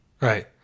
Right